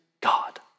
God